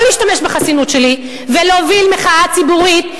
או להשתמש בחסינות שלי ולהוביל מחאה ציבורית,